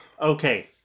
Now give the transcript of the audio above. Okay